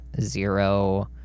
zero